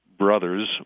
brothers